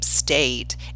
state